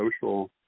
social